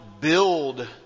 build